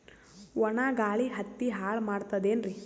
ಒಣಾ ಗಾಳಿ ಹತ್ತಿ ಹಾಳ ಮಾಡತದೇನ್ರಿ?